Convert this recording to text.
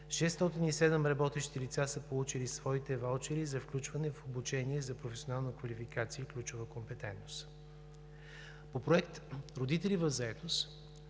607 работещи лица са получили своите ваучери за включване в „Обучение за професионална квалификация“ и „Ключова компетентност“. По Проект „Родители в заетост“